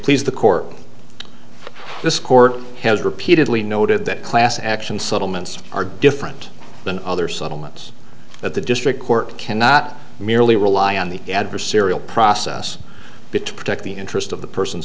please the court this court has repeatedly noted that class action settlements are different than other settlements that the district court cannot merely rely on the adversarial process between protect the interest of the persons